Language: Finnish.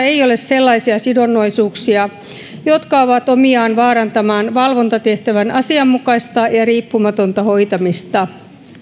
ei ole sellaisia sidonnaisuuksia jotka ovat omiaan vaarantamaan valvontatehtävän asianmukaista ja riippumatonta hoitamista